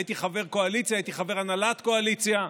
הייתי חבר קואליציה, הייתי חבר הנהלת קואליציה,